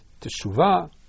Teshuvah